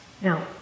Now